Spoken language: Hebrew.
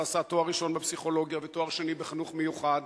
ועשה תואר ראשון בפסיכולוגיה ותואר שני בחינוך מיוחד,